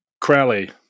Crowley